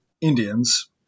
Indians